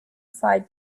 side